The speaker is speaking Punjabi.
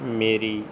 ਮੇਰੀ